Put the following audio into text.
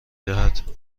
دهد